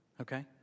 Okay